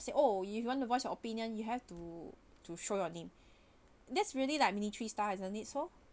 say oh if you want to voice your opinion you have to to show your name that's really like military stuff isn't it so